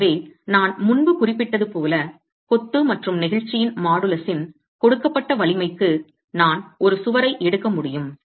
எனவே நான் முன்பு குறிப்பிட்டது போல கொத்து மற்றும் நெகிழ்ச்சியின் மாடுலஸின் கொடுக்கப்பட்ட வலிமைக்கு நான் ஒரு சுவரை எடுக்க முடியும்